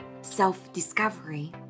self-discovery